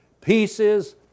pieces